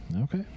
Okay